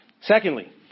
Secondly